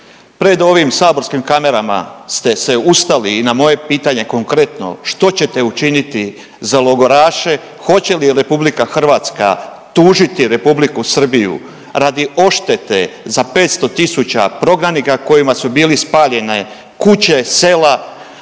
Pred ovim saborskim kamerama ste se ustali i na moje pitanje konkretno što ćete učiniti za logoraše, hoće li RH tužiti Republiku Srbiju radi odštete za 500 tisuća prognanika kojima su bili spaljene kuće, sela